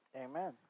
Amen